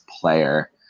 player